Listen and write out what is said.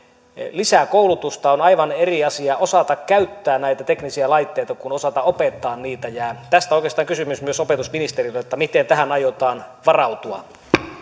lisäkoulutusta on aivan eri asia osata käyttää näitä teknisiä laitteita kuin osata opettaa niitä ja tästä oikeastaan kysymys myös opetusministerille miten tähän aiotaan varautua